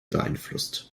beeinflusst